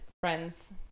friend's